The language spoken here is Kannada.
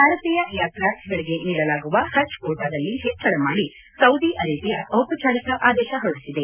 ಭಾರತೀಯ ಯಾತ್ರಾರ್ಥಿಗಳಿಗೆ ನೀಡಲಾಗುವ ಹಜ್ ಕೋಣಾದಲ್ಲಿ ಹೆಚ್ಚಳ ಮಾದಿ ಸೌದಿ ಅರೇಬಿಯಾ ಔಪಚಾರಿಕ ಆದೇಶ ಹೊರಡಿಸಿದೆ